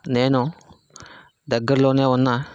నేను దగ్గర్లోనే ఉన్న